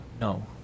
No